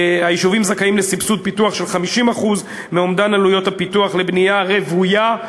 היישובים זכאים לסבסוד פיתוח של 50% מאומדן עלויות הפיתוח לבנייה רוויה,